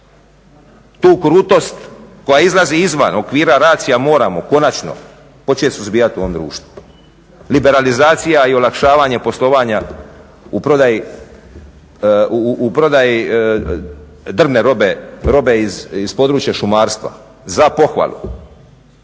Tu krutost koja izlazi izvan okvira racija moramo konačno početi suzbijati u ovom društvu. Liberalizacija i olakšavanje poslovanja u prodaji drvne robe, robe iz područja šumarstva, za pohvalu.